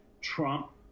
Trump